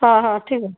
ହଁ ହଁ ଠିକ୍ ଅଛି